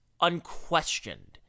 unquestioned